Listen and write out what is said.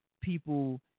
people